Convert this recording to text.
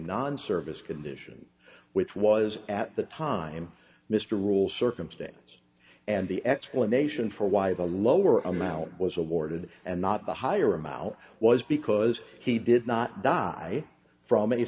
non service condition which was at the time mr all circumstance and the explanation for why the lower amount was awarded and not the higher amount was because he did not die from any